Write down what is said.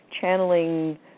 channeling